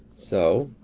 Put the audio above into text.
so,